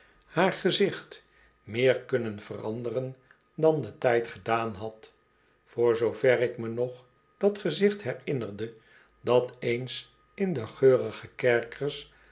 haar gezicht meer kunnen veranderen dan de tijd gedaan had voor zoover ik me nog dat gezicht herinnerde dat eens in de geurige kerkers